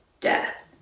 death